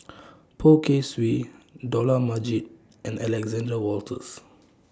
Poh Kay Swee Dollah Majid and Alexander Wolters